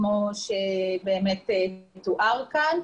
כמו שתואר כאן.